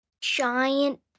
giant